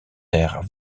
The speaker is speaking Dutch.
ter